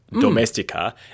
domestica